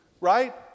Right